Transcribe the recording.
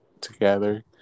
together